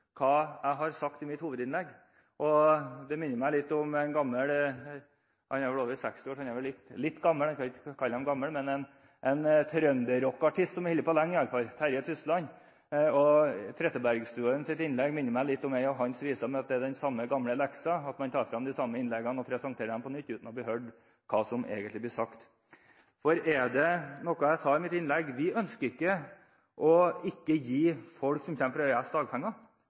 hva jeg har sagt i mitt hovedinnlegg. Det minner meg litt om en gammel – han er vel over 60 år, så han er vel «litt gammel», jeg kan vel ikke kalle ham gammel – trønderrockeartist som i alle fall har holdt på lenge, Terje Tysland. Representanten Trettebergstuens innlegg minner meg litt om en av hans viser, «Samme Gamle Leksa» – man tar frem de samme, gamle innleggene og presenterer dem på nytt, uten at man hører hva som egentlig blir sagt. Noe av det jeg sa i mitt innlegg, var: Vi ønsker ikke å ikke gi folk som kommer fra EØS, dagpenger.